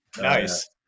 Nice